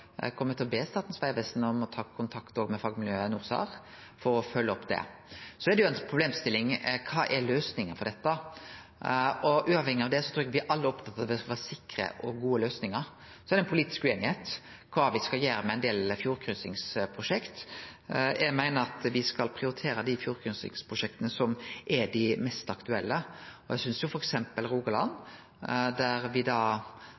til å be Statens vegvesen om å ta kontakt òg med fagmiljøet NORSAR for å følgje opp det. Så er ei problemstilling: Kva er løysinga for dette? Uavhengig av det trur eg me alle er opptatt av at det skal vere sikre og gode løysingar. Det er ei politisk ueinigheit om kva me skal gjere med ein del fjordkryssingsprosjekt. Eg meiner me skal prioritere dei fjordkryssingsprosjekta som er dei mest aktuelle, og